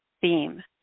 theme